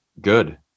Good